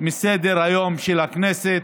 מסדר-היום של הכנסת.